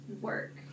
work